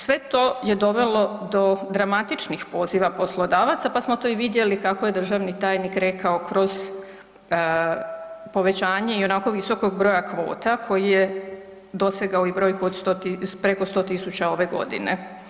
Sve to je dovelo do dramatičnih poslova poslodavaca pa smo to i vidjeli kako je državni tajnik rekao, kroz povećanje ionako visokog broja kvota koji je dosegao i brojku preko 100 000 ove godine.